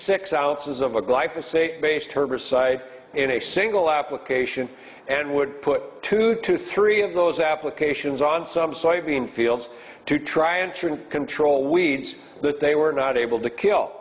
six ounces of a glyphosate based herbicide in a single application and would put two to three of those applications on some soybean fields to try and control weeds that they were not able to kill